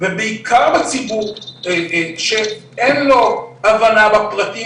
ובעיקר בציבור שאין לו הבנה בפרטים,